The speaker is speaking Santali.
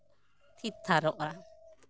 ᱛᱷᱤᱨ ᱛᱷᱟᱨ ᱚᱜᱼᱟ